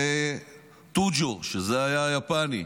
וטוג'ו, שהיה יפני.